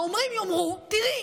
האומרים יאמרו: תראי,